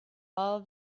all